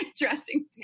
dressing